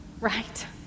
Right